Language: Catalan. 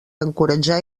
encoratjar